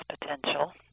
potential